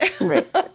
Right